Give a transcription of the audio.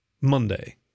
Monday